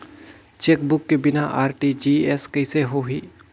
Chequebook के बिना RTGS कइसे होही?